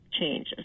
changes